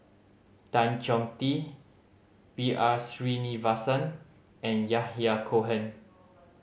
Tan Chong Tee B R Sreenivasan and Yahya Cohen